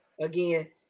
Again